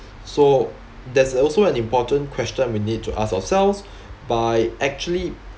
so there's also an important question we need to ask ourselves by actually